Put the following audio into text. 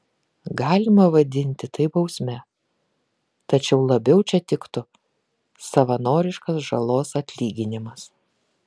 galima vadinti tai bausme tačiau labiau čia tiktų savanoriškas žalos atlyginimas